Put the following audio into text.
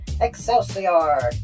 Excelsior